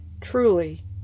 Truly